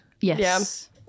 Yes